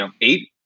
eight